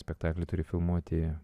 spektaklį turi filmuoti